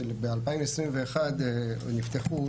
ב-2021 נפתחו